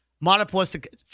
monopolistic